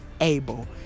able